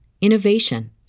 innovation